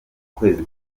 kwezi